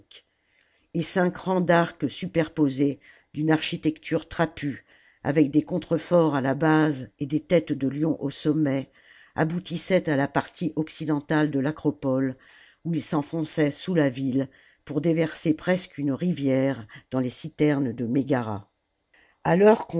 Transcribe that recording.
et cinq rangs d'arcs superposés d'une architecture trapue avec des contre forts à la base et des têtes de lion au sommet aboutissaient à la partie occidentale de l'acropole où ils s'enfonçaient sous la ville pour déverser presque une rivière dans les citernes de mégara a l'heure